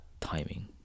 timing